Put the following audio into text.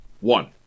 One